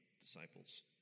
disciples